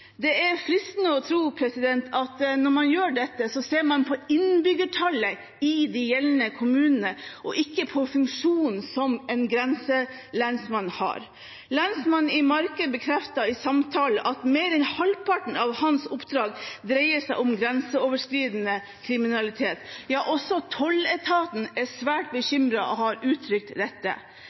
Det er fristende å tro at når man gjør dette, ser man på innbyggertallet i de gjeldende kommunene og ikke på funksjonen som en grenselensmann har. Lensmannen i Marker bekreftet i samtale at mer enn halvparten av hans oppdrag dreier seg om grenseoverskridende kriminalitet. Ja, også tolletaten er svært bekymret og har uttrykt dette.